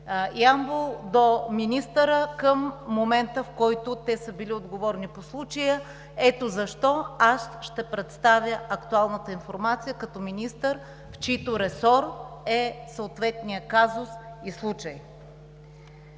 Ямбол, до министъра към момента, в който те са били отговорни по случая. Ето защо аз ще представя актуалната информация като министър, в чийто ресор е съответният казус и случай.